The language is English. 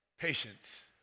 Patience